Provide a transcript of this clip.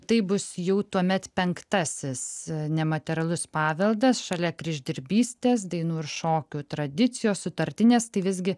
taip bus jau tuomet penktasis nematerialus paveldas šalia kryždirbystės dainų ir šokių tradicijos sutartinės tai visgi